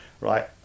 right